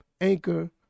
anchor